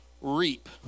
reap